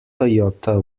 toyota